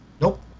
Nope